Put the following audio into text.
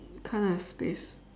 can't have space